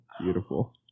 beautiful